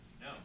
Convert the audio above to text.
No